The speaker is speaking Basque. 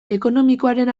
ekonomikoaren